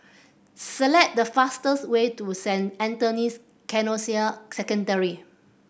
select the fastest way to Saint Anthony's Canossian Secondary